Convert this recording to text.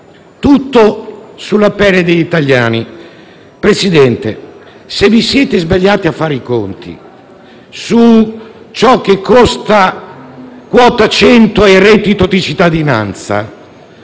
tutto sulla pelle degli italiani. Presidente, se vi siete sbagliati a fare i conti sui costi di quota 100 e reddito di cittadinanza,